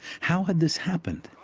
how had this happened?